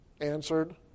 answered